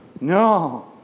no